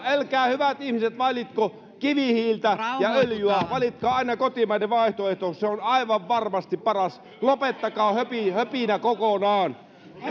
älkää hyvät ihmiset valitko kivihiiltä ja öljyä valitkaa aina kotimainen vaihtoehto se on aivan varmasti paras lopettakaa höpinä kokonaan